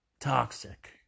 Toxic